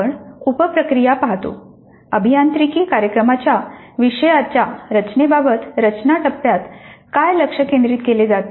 आपण उप प्रक्रिया पाहतो अभियांत्रिकी कार्यक्रमाच्या विषयाच्या रचने बाबत रचना टप्प्यात काय लक्ष केंद्रित केले जाते